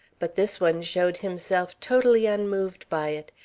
but this one showed himself totally unmoved by it,